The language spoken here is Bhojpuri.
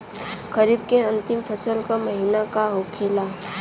खरीफ के अंतिम फसल का महीना का होखेला?